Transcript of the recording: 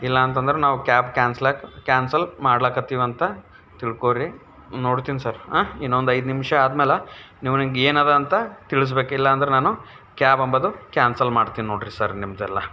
ಇಲ್ಲ ಅಂತಂದ್ರೆ ನಾವು ಕ್ಯಾಬ್ ಕ್ಯಾನ್ಸ್ಲಕ್ ಕ್ಯಾನ್ಸಲ್ ಮಾಡ್ಲಕತ್ತೀವಂತ ತಿಳ್ಕೊಳ್ರಿ ನೋಡ್ತೀನಿ ಸರ್ ಇನ್ನೊಂದು ಐದು ನಿಮಿಷ ಆದ್ಮೇಲೆ ನಿಮಗೆ ಏನಿದೆ ಅಂತ ತಿಳಿಸ್ಬೇಕು ಇಲ್ಲ ಅಂದ್ರೆ ನಾನು ಕ್ಯಾಬ್ ಅಂಬುದು ಕ್ಯಾನ್ಸಲ್ ಮಾಡ್ತೀನಿ ನೋಡಿರಿ ಸರ್ ನಿಮ್ಮದೆಲ್ಲ